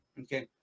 okay